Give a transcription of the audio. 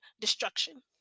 destruction